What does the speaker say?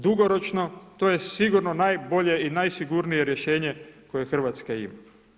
Dugoročno to je sigurno najbolje i najsigurnije rješenje koje Hrvatska ima.